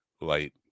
Light